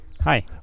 hi